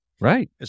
Right